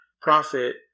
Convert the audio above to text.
profit